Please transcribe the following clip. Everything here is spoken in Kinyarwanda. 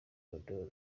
ballon